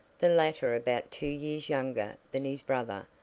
the latter about two years younger than his brother,